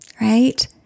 right